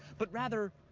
but rather,